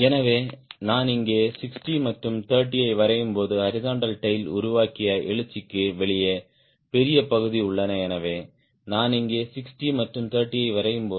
எனவே நான் இங்கே 60 மற்றும் 30 ஐ வரையும்போது ஹாரிஸ்ன்ட்டல் டேய்ல் உருவாக்கிய வெக் க்கு வெளியே பெரிய பகுதி உள்ளது